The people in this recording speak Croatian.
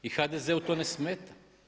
I HDZ-u to ne smeta.